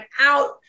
out